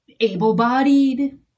able-bodied